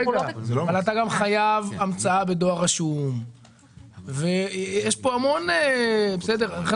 אתה גם חייב המצאה בדואר רשום ויש בזה המון דברים.